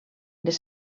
les